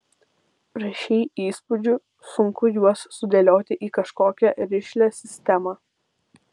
prašei įspūdžių sunku juos sudėlioti į kažkokią rišlią sistemą